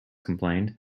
complained